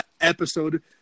episode